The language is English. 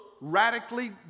radically